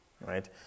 right